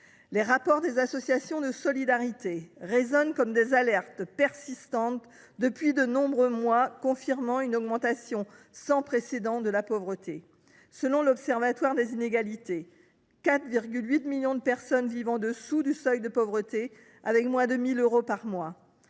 Les rapports des associations de solidarité résonnent comme des alertes persistantes depuis de nombreux mois, confirmant une augmentation sans précédent de la pauvreté. Selon l’Observatoire des inégalités, 4,8 millions de personnes vivent en dessous du seuil de pauvreté, avec moins de 1 000 euros par mois.